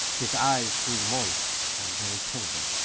his eyes grew moist and very tender.